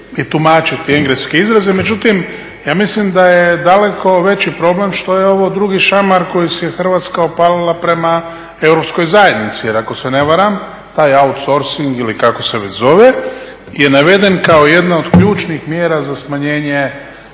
i tumačiti engleske izraze, međutim ja mislim da je daleko veći problem što je ovo drugi šamar koji si je Hrvatska opalila prema Europskoj zajednici. Jer ako se ne varam taj outsorcing ili kako se već zove je naveden kao jedna od ključnih mjera za smanjenje